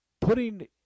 putting